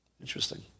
Interesting